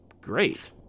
great